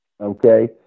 Okay